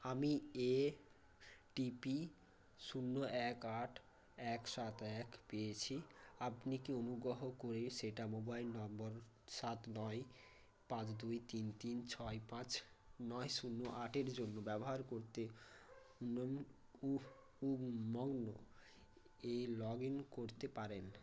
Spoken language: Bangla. আমি ও টিপি শূন্য এক আট এক সাত এক পেয়েছি আপনি কি অনুগোহ করে সেটা মোবাইল নম্বর সাত নয় পাঁচ দুই তিন তিন ছয় পাঁচ নয় শূন্য আটের জন্য ব্যবহার করতে উমঙ্গ উঃ উমঙ্গ এ লগ ইন করতে পারেন